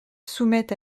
soumettent